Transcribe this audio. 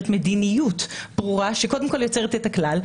מדיניות ברורה שקודם כל יוצרת את הכלל,